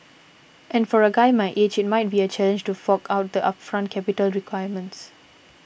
and for a guy my age it might be a challenge to fork out the upfront capital requirements